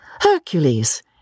Hercules